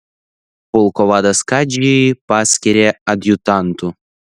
pulko vadas kadžį paskyrė adjutantu